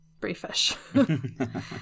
briefish